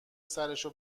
سرشو